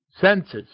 senses